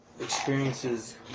experiences